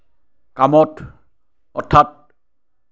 কামত অৰ্থাৎ